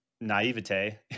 naivete